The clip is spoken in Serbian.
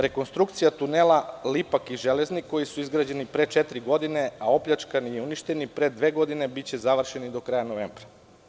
Rekonstrukcija tunela Lipak i Železnik, koji su izgrađeni pre četiri godine, a opljačkani i uništeni pre dve godine, biće završena do kraja novembra.